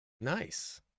nice